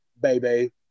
baby